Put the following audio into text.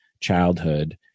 childhood